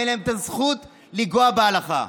ואין להם את הזכות לנגוע בהלכה.